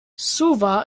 suva